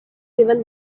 given